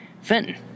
Fenton